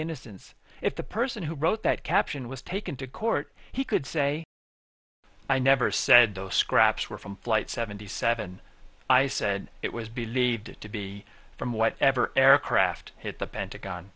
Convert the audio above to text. innocence if the person who wrote that caption was taken to court he could say i never said those scraps were from flight seventy seven i said it was believed to be from whatever aircraft hit the pentagon